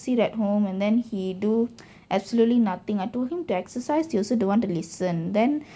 sit at home and then he do absolutely nothing I told him to exercise he also don't want to listen then